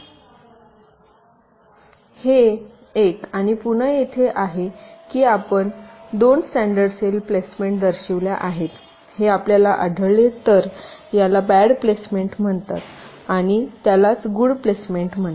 हे 1 आणि पुन्हा येथे आहे की आपण 2 स्टॅंडर्ड सेल प्लेसमेंट्स दर्शविल्या आहेत हे आपल्याला आढळले तर याला बॅड प्लेसमेंट म्हणतात आणि त्यालाच गुड प्लेसमेंट म्हणतात